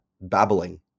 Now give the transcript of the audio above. Babbling